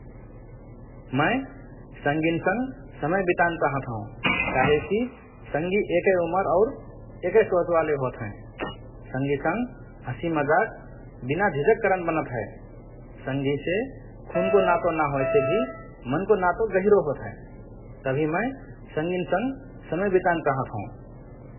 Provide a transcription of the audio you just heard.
मए संगीन्संग समय बितान चाहत हओं । काहेकी संगी एकए उमर और एकए सोचवाले होत हएँ । संगीसंग हसि मजाक बिना झिझक करन बनत हए । संगीसे खुनको नातो ना होएसे भि मनको नातो गहिरो होत हए । तभि मए संगिन्संग समय बितान चाहत हओं ।